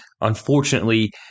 unfortunately